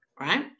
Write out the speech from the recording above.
right